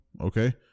Okay